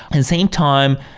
and same time,